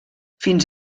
fins